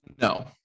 No